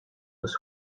was